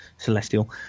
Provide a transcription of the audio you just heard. Celestial